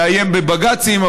לאיים בבג"צים.